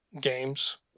games